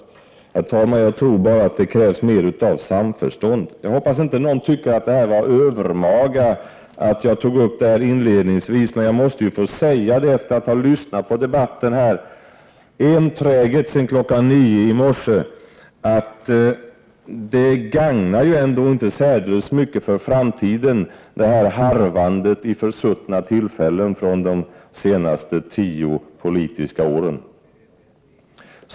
Jag tror bara, herr talman, att det krävs mer samförstånd. Jag hoppas att inte någon tycker att det var övermaga att jag tog upp detta inledningsvis, men efter att ha lyssnat enträget sedan klockan nio i morse måste jag få säga att detta harvande om försuttna tillfällen i politiken under de senaste tio åren är ganska onödigt.